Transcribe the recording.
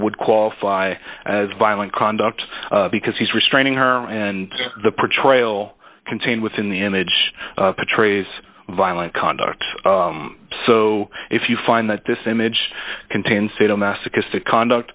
would qualify as violent conduct because he's restraining her and the portrayal contained within the image betrays violent conduct so if you find that this image contains sadomasochistic conduct